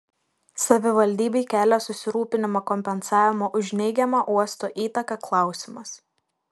savivaldybei kelia susirūpinimą kompensavimo už neigiamą uosto įtaką klausimas